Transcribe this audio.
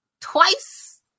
twice